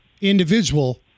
individual